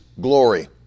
Glory